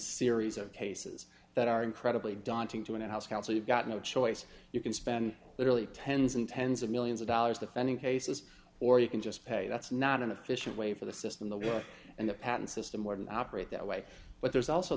series of cases that are incredibly daunting to an in house counsel you've got no choice you can spend literally tens and tens of millions of dollars to finding cases or you can just pay that's not an efficient way for the system that work and the patent system more than operate that way but there's also